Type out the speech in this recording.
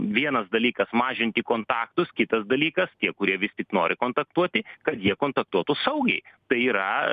vienas dalykas mažinti kontaktus kitas dalykas tie kurie vis tik nori kontaktuoti kad jie kontaktuotų saugiai tai yra